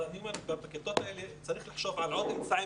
אבל אני אומר שבכיתות האלה צריך לחשוב על עוד אמצעי